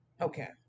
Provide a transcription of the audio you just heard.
okay